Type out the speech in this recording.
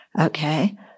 Okay